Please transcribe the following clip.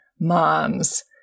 moms